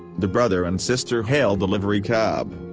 the brother and sister hailed a livery cab,